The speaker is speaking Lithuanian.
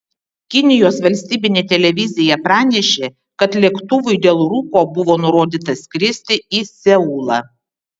kinijos valstybinė televizija pranešė kad lėktuvui dėl rūko buvo nurodyta skristi į seulą